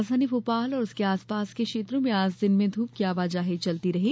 राजधानी भोपाल और उसके आस पास के क्षेत्रों में आज दिन में धूप की आवाजाही चलती रही